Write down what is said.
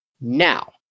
Now